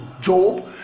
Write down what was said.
Job